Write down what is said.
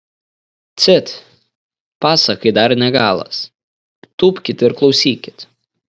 cit pasakai dar ne galas tūpkit ir klausykit